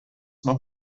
noch